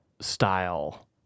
style